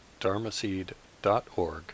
dharmaseed.org